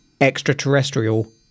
extraterrestrial